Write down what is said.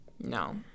No